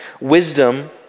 wisdom